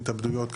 התאבדויות,